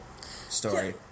Story